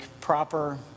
proper